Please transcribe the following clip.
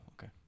okay